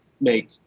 make